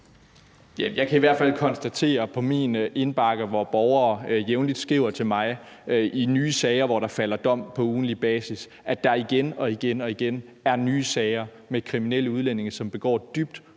Jeg kan i hvert fald konstatere på min indbakke, hvor borgere jævnligt skriver til mig om nye sager, hvori der falder dom på ugentlig basis, at der igen og igen er kriminelle udlændinge, som begår yderst